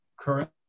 current